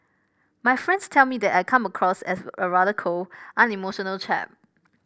my friends tell me that I come across as a rather cold unemotional chap